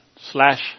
slash